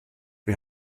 wir